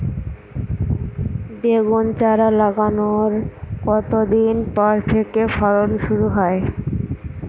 বেগুন চারা লাগানোর কতদিন পর থেকে ফলন শুরু হয়?